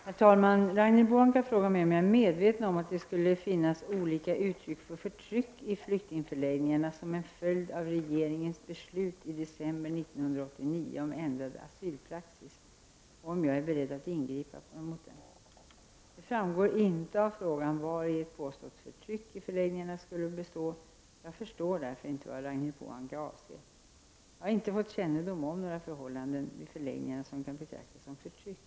Herr talman! Ragnhild Pohanka har frågat mig om jag är medveten om att det skulle finnas olika uttryck för förtryck i flyktingförläggningarna som en följd av regeringens beslut i december 1989 om ändrad asylpraxis och om jag är beredd att ingripa mot dem. Det framgår inte av frågan vari ett påstått förtryck i förläggningarna skulle bestå. Jag förstår därför inte vad Ragnhild Pohanka avser. Jag har inte fått kännedom om några förhållanden vid förläggningarna som kan betecknas som förtryck.